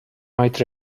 might